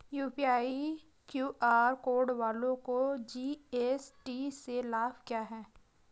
UPI QR code वालों को GST में लाभ क्या है?